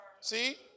See